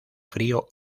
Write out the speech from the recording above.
frío